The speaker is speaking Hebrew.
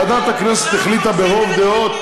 ועדת הכנסת החליטה ברוב דעות,